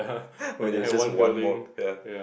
when it was just one more ya